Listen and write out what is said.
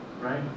Right